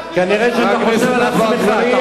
כנראה אתה חושב על עצמך.